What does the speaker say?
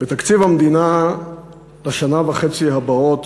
בתקציב המדינה לשנה וחצי הבאות,